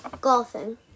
Golfing